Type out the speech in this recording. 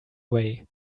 way